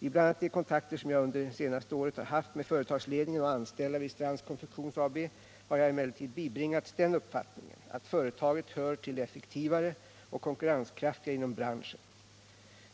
Vid bl.a. de kontakter som jag under senaste året har haft med företagsledning och anställda vid Strands Konfektions AB har jag emellertid bibringats den uppfattningen att företaget hör till de effektivare och konkurrenskraftigare inom branschen.